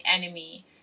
enemy